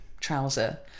trouser